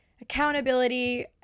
accountability